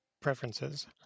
preferences